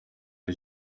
ari